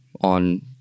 on